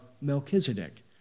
Melchizedek